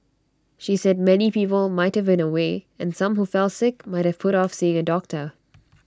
she said many people might have been away and some who fell sick might have put off seeing A doctor